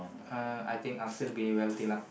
uh I think I still be wealthy lah